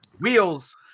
Wheels